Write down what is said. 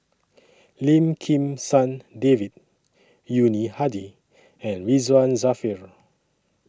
Lim Kim San David Yuni Hadi and Ridzwan Dzafir